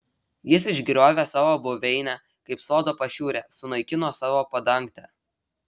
jis išgriovė savo buveinę kaip sodo pašiūrę sunaikino savo padangtę